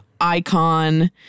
icon